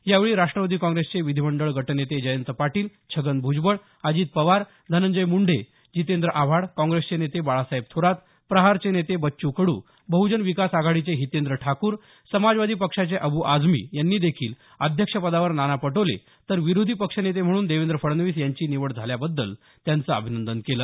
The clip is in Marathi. यावेळी राष्टवादी काँग्रेसचे विधीमंडळ गटनेते जयंत पाटील छगन भुजबळ अजित पवार धनंजय मुंडे जितेंद्र आव्हाड काँग्रेसचे नेते बाळासाहेब थोरात प्रहारचे नेते बच्चू कडू बहुजन विकास आघाडीचे हितेंद्र ठाकूर समाजवादी पक्षाचे अबू आझमी यांनी देखील अध्यक्ष पदावर नाना पटोले तर विरोधीपक्षनेते म्हणून देवेंद्र फडणवीस यांची निवड झाल्याबद्दल त्यांचं अभिनंदन केलं